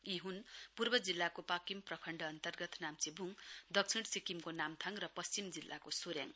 यी हन् पूर्व जिल्लाको पाकिम प्रखण्ड अन्तर्गत नाम्चेब्ङ दक्षिण सिक्किमको नाम्थाङ र पश्चिम जिल्लाको सोरेङ